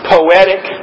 Poetic